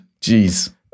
jeez